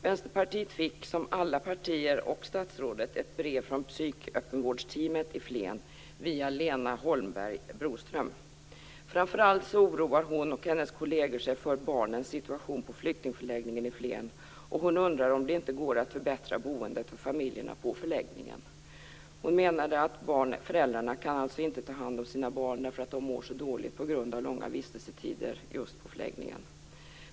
Vänsterpartiet fick som alla partier och statsrådet ett brev från Psyköppenvårdsteamet i Flen via Lena Holmberg Broström. Framför allt oroar hon och hennes kolleger sig för barnens situation på flyktingförläggningen i Flen. Hon undrar om det inte går att förbättra boendet för familjerna på förläggningen. Hon menar att föräldrarna inte kan ta hand om sina barn därför att de mår så dåligt på grund av långa vistelsetider just på förläggningen.